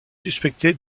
suspecté